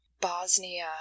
Bosnia